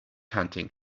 hunting